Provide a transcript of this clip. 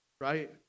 right